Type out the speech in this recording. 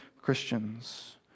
Christians